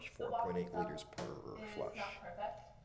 the walk itself is perfect,